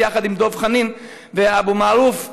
יחד עם דב חנין ואבו מערוף,